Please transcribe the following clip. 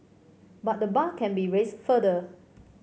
but the bar can be raised further